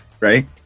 Right